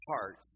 heart